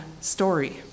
story